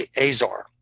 Azar